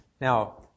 Now